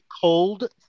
cold